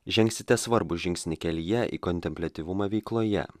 žengsite svarbų žingsnį kelyje į kontempliantyvumą veikloje